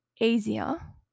easier